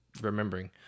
remembering